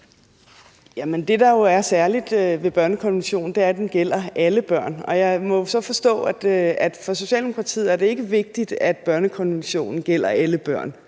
det, der er særligt ved børnekonventionen, er, at den gælder alle børn, og jeg må jo så forstå, at for Socialdemokratiet er det ikke vigtigt, at børnekonventionen gælder alle børn.